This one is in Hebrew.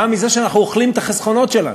באה מזה שאנחנו אוכלים את החסכונות שלנו,